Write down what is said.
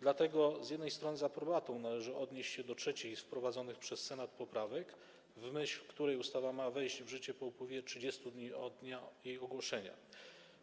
Dlatego z jednej strony z aprobatą należy odnieść się do trzeciej z wprowadzonych przez Senat poprawek, w myśl której ustawa ma wejść w życie po upływie 30 dni od dnia jej ogłoszenia,